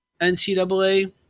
NCAA